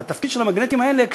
והתפקיד של המגנטים האלה הוא,